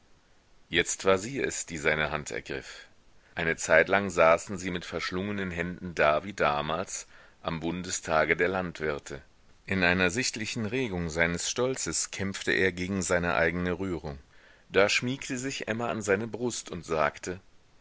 jetzt war sie es die seine hand ergriff eine zeitlang saßen sie mit verschlungenen händen da wie damals am bundestage der landwirte in einer sichtlichen regung seines stolzes kämpfte er gegen seine eigene rührung da schmiegte sich emma an seine brust und sagte